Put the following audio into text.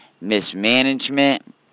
mismanagement